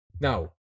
Now